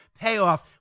payoff